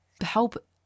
help